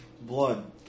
blood